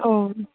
औ